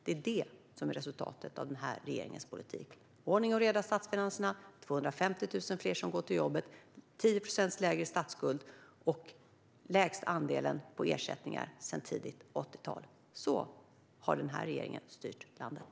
Det är det som är resultatet av den här regeringens politik: ordning och reda i statsfinanserna, 250 000 fler som går till jobbet, 10 procentenheter lägre statsskuld och den lägsta andelen som går på ersättning sedan tidigt 80-tal. Så har denna regering styrt landet.